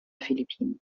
philippinen